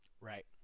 Right